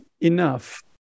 enough